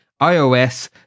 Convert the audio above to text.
iOS